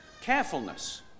carefulness